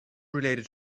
related